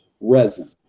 resin